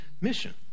mission